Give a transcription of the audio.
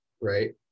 right